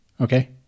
okay